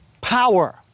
power